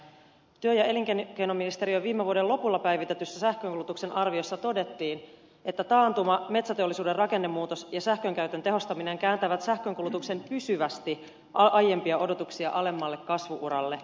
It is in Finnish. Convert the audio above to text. työ ja elinkeinoministeriön viime vuoden lopulla päivitetyssä sähkönkulutuksen arviossa todettiin että taantuma metsäteollisuuden rakennemuutos ja sähkönkäytön tehostaminen kääntävät sähkönkulutuksen pysyvästi aiempia odotuksia alemmalle kasvu uralle